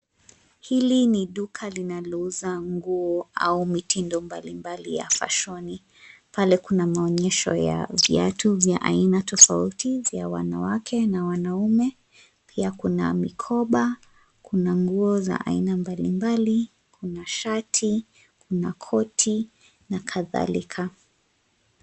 Hili ni duka linalouza nguo au mitindo mbalimbali ya fashoni. Pale kuna maonyesho ya viatu vya aina tofauti vya wanawake na wanaume. Pia kuna mikoba, kuna nguo za aina mbalimbali. Kuna shati, kuna koti na kadhalika.